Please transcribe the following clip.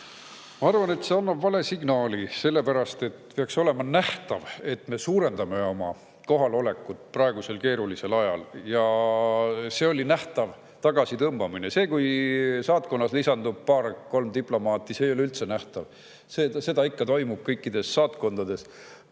Ma arvan, et see annab vale signaali, sest peaks olema nähtav, et me suurendame oma kohalolekut praegusel keerulisel ajal, aga see oli nähtav tagasitõmbamine. See, kui saatkonda lisandub paar-kolm diplomaati, ei ole üldse nähtav. Seda ikka juhtub, kõikides saatkondades.